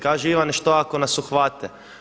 Kažu Ivane što ako nas uhvate?